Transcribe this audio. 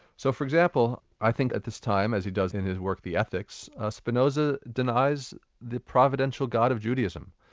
so for example, i think at this time, as he does in his work the ethics', spinoza denies the providential god of judaism.